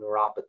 neuropathy